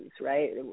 right